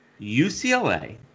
UCLA